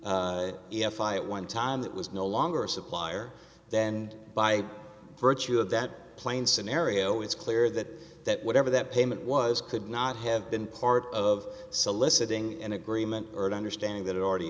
e f i at one time that was no longer a supplier then by virtue of that plane scenario it's clear that that whatever that payment was could not have been part of soliciting an agreement or understanding that it already